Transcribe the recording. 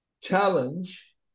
challenge